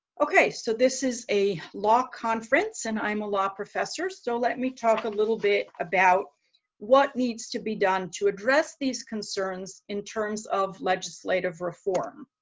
okay, so this is a law conference and i'm a law professor so let me talk a little bit about what needs to be done to address these concerns in terms of legislative reform.